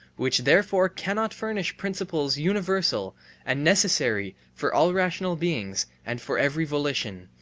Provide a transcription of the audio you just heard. which therefore cannot furnish principles universal and necessary for all rational beings and for every volition,